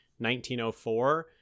1904